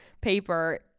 paper